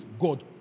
God